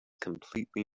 completely